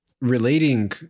relating